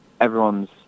everyone's